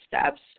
steps